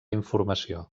informació